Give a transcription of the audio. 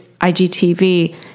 IGTV